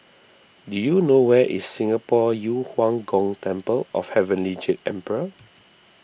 do you know where is Singapore Yu Huang Gong Temple of Heavenly Jade Emperor